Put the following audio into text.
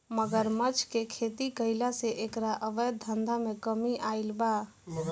मगरमच्छ के खेती कईला से एकरा अवैध धंधा में कमी आईल बा